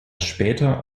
später